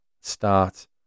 start